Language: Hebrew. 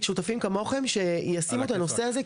שותפים כמוכם שישמו את הנושא הזה,